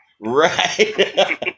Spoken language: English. right